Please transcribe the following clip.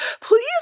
please